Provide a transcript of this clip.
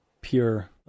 pure